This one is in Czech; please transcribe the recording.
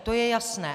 To je jasné.